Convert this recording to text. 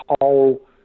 whole